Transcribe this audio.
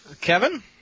Kevin